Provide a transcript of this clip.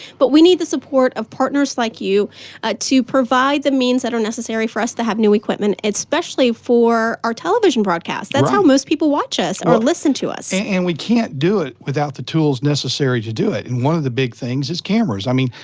but we need the support of partners like you ah to provide the means that are necessary for us to have new equipment, especially for our television broadcast. that's how most people watch us, or listen to us. and we can't do it without the tools necessary to do it. and one of the big things is cameras. i mean,